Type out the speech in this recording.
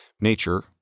Nature